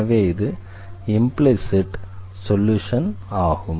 எனவே இது implicit solution ஆகும்